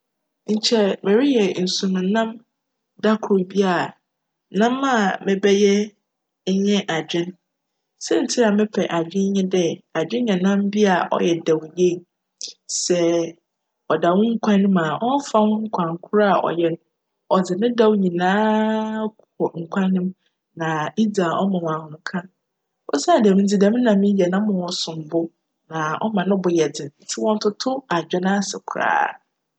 Nkyj mereyj nsu mu nam da kor bi a, nam a mebjyj nye adwen. Siantsir a mepj adwen nye dj, adwen yj nam bi a cyj djw yie. Sj cda wo nkwan mu a, cmmfa wo nkwan kor a cyj, cdze ne djw nyinaa kc nkwan no mu na edzi a cma wo ahomka. Osian djm ntsi djm nam yi yj nam a csom bo na cma no bo yj dzen nsti wcnntoto adwen ase koraa.